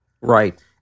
Right